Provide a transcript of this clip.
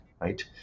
Right